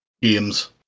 games